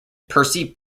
percy